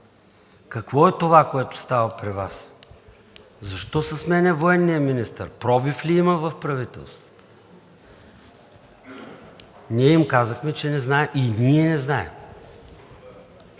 какво е това, което става при Вас? Защо се сменя военният министър? Пробив ли има в правителството? Ние им казахме, че и ние не знаем.